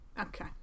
okay